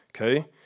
okay